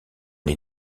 les